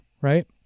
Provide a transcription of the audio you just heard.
right